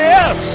Yes